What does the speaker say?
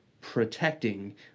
protecting